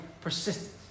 persistence